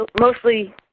mostly